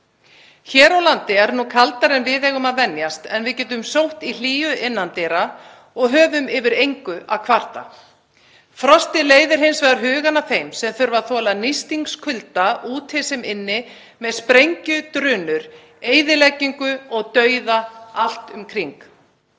Hér á landi er nú kaldara en við eigum að venjast en við getum sótt í hlýju innan dyra og höfum yfir engu að kvarta. Frostið leiðir hins vegar hugann að þeim sem þurfa að þola nístingskulda úti sem inni með sprengjudrunur, eyðileggingu og dauða allt um kring.